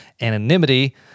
anonymity